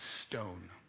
stone